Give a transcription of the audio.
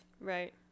Right